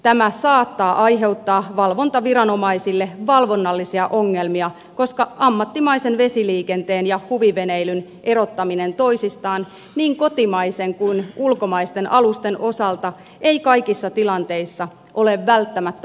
tämä saattaa aiheuttaa valvontaviranomaisille valvonnallisia ongelmia koska ammattimaisen vesiliikenteen ja huviveneilyn erottaminen toisistaan niin kotimaisten kuin ulkomaisten alusten osalta ei kaikissa tilanteissa ole välttämättä mahdollista